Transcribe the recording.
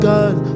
God